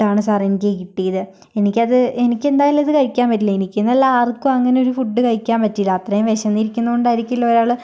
ഫുഡാണ് സാർ എനിക്ക് കിട്ടിയത് എനിക്കത് എനിക്കെന്തായാലും ഇത് കഴിക്കാൻ പറ്റില്ല എനിക്കെന്നല്ല ആർക്കും അങ്ങനെ ഒരു ഫുഡ് കഴിക്കാൻ പറ്റില്ല അത്രയും വിശന്നിരിക്കുന്ന കൊണ്ടായിരിക്കില്ലേ ഒരാള്